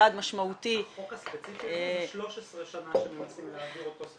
צעד משמעותי --- החוק הספציפי הזה זה 13 שנה שמנסים להעביר אותו,